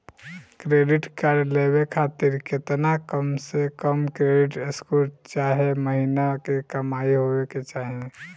Credit card लेवे खातिर केतना कम से कम क्रेडिट स्कोर चाहे महीना के कमाई होए के चाही?